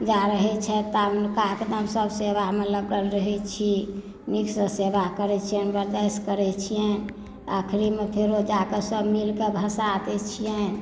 जा रहै छथि ता हुनका एकदम सऽ सेवा में लगल रहै छी नीक सॅं सेवा करै छियनि बरदास करै छियनि आखिरी मे फेरो जा कऽ सब मिल कऽ भसा दैत छियनि